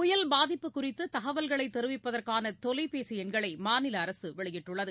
புயல் பாதிப்பு குறித்துதகவல்களைதெரிவிப்பதற்கானதொலைபேசிஎண்களைமாநிலஅரசுவெளியிட்டுள்ளது